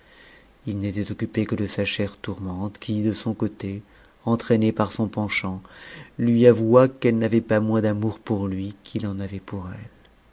il n'était occupé que de sa chère tourmente qui de son côté entraînée par son penchant lui avoua qu'elle n'avait pas moins d'amour pour lui qu'il en avait pour elle